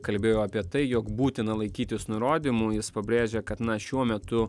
kalbėjo apie tai jog būtina laikytis nurodymų jis pabrėžia kad na šiuo metu